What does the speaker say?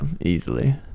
easily